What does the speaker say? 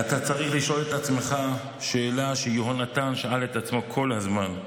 אתה צריך לשאול את עצמך שאלה שיהונתן שאל את עצמו כל הזמן,